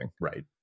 right